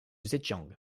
zhejiang